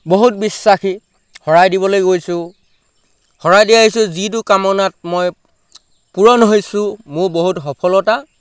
বহুত বিশ্বাসী শৰাই দিবলৈ গৈছোঁ শৰাই দিয়া আহিছোঁ যিটো কামনাত মই পূৰণ হৈছোঁ মোৰ বহুত সফলতা